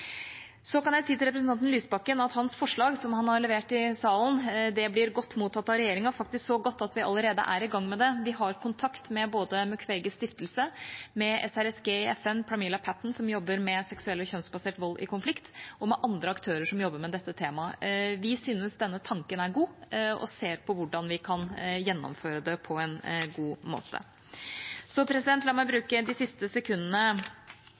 Så kan jeg si til representanten Lysbakken at hans forslag, som han har levert i salen, blir godt mottatt av regjeringa, faktisk så godt at vi allerede er i gang med det. Vi har kontakt med både Mukweges stiftelse, med SRSG i FN ved Pramila Patten, som jobber med seksuell og kjønnsbasert vold i konflikt, og med andre aktører som jobber med dette temaet. Vi synes denne tanken er god, og ser på hvordan vi kan gjennomføre det på en god måte. La meg bruke de siste sekundene